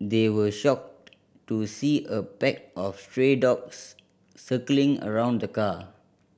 they were shocked to see a pack of stray dogs circling around the car